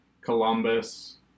Columbus